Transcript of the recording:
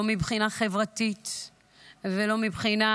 לא מבחינה חברתית ולא מבחינה